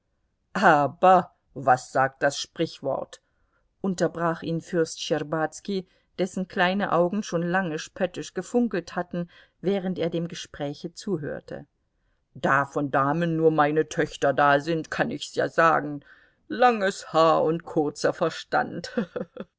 aber was sagt das sprichwort unterbrach ihn fürst schtscherbazki dessen kleine augen schon lange spöttisch gefunkelt hatten während er dem gespräche zuhörte da von damen nur meine töchter da sind kann ich's ja sagen langes haar und kurzer verstand